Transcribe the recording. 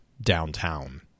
downtown